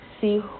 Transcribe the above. see